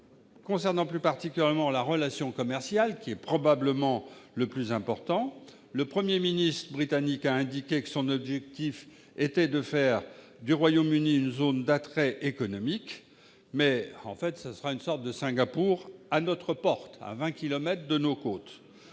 Concernant plus particulièrement la relation commerciale, qui constitue probablement l'aspect le plus important, le Premier ministre britannique a indiqué que son objectif était de faire du Royaume-Uni une zone d'attrait économique, soit une sorte de Singapour européen, à vingt kilomètres de nos côtes.